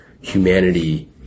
humanity